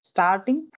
Starting